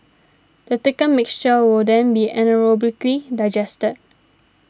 the thickened mixture will then be anaerobically digested